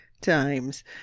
times